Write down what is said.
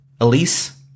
Elise